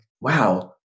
wow